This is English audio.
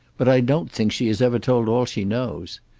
but i don't think she has ever told all she knows.